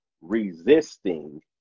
resisting